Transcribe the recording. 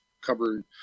covered